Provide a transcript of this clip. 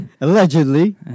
allegedly